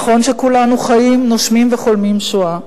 נכון שכולנו חיים, נושמים וחולמים שואה,